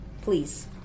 Please